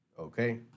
Okay